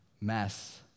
mess